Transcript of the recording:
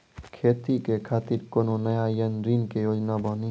खेती के खातिर कोनो नया ऋण के योजना बानी?